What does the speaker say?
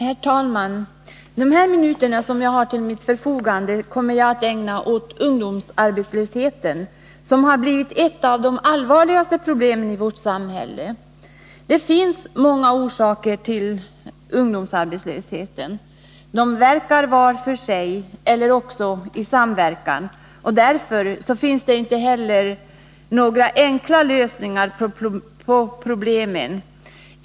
Herr talman! De minuter som jag har till mitt förfogande kommer jag att ägna åt ungdomsarbetslösheten, som har blivit ett av de allvarligaste problemen i vårt samhälle. Det finns många orsaker till ungdomsarbetslösheten. De verkar var för sig eller i samverkan. Därför finns det inte heller några enkla lösningar på problemen.